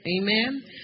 Amen